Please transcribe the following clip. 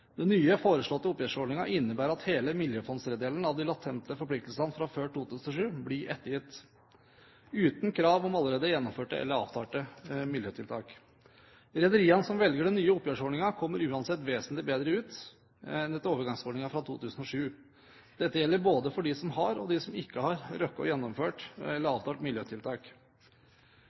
Den nye, foreslåtte oppgjørsordningen innebærer at hele miljøfondstredjedelen av de latente skatteforpliktelsene fra før 2007 blir ettergitt uten krav om allerede gjennomførte eller avtalte miljøtiltak. Rederiene som velger den nye oppgjørsordningen, kommer uansett vesentlig bedre ut enn etter overgangsordningen fra 2007. Dette gjelder både for dem som har, og dem som ikke har rukket å gjennomføre eller avtale miljøtiltak.